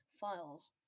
files